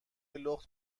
لخت